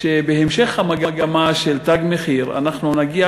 שבהמשך המגמה של "תג מחיר" אנחנו נגיע